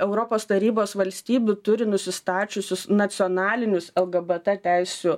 europos tarybos valstybių turi nusistačiusius nacionalinius lgbt teisių